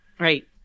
Right